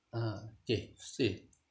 uh K say